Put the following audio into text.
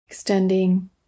Extending